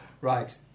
Right